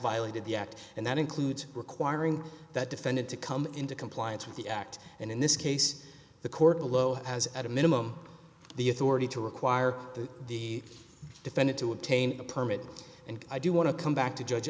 violated the act and that includes requiring that defendant to come into compliance with the act and in this case the court below has at a minimum the authority to require that the defendant to obtain a permit and i do want to come back to judge